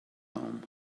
home